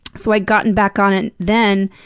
so i'd gotten back on it then,